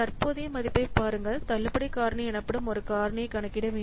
தற்போதைய மதிப்பைப் பாருங்கள் தள்ளுபடி காரணி எனப்படும் ஒரு காரணியை கணக்கிட வேண்டும்